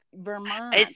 Vermont